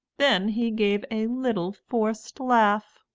then he gave a little forced laugh,